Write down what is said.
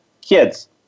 kids